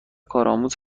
کارآموز